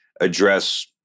address